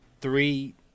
three